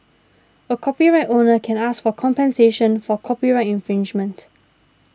a copyright owner can ask for compensation for copyright infringement